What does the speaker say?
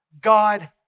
God